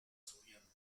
soriano